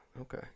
okay